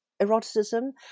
eroticism